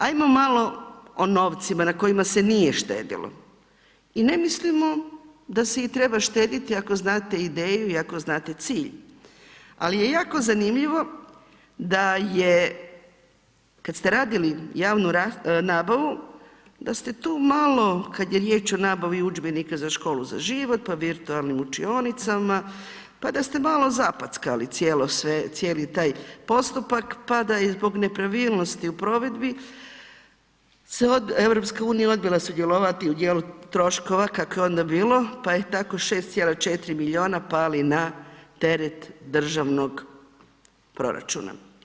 Ajmo malo o novcima na kojima se nije štedilo i ne mislimo da se i treba štediti ako znate ideju i ako znate cilj, ali je jako zanimljivo da kada ste radili javnu nabavu da ste tu malo kada je riječ o nabavi udžbenika za Školu za život, pa Virtualnim učiniocima, pa da ste malo zapackali cijeli taj postupak, pa da je zbog nepravilnosti u provedbi EU odbila sudjelovati u dijelu troškova kako je onda bilo pa je tako 6,4 milijuna pali na teret državnog proračuna.